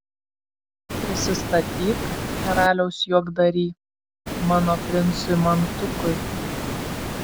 prisistatyk karaliaus juokdary mano princui mantukui